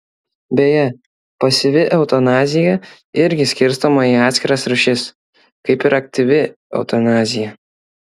beje pasyvi eutanazija irgi skirstoma į atskiras rūšis kaip ir aktyvi eutanazija